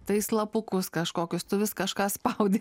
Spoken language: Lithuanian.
tai slapukus kažkokius tu vis kažką spaudi